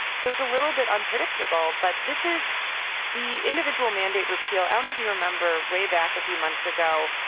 so it's a little bit unpredictable. but this is the individual mandate repeal i don't know if you remember way back a few months ago,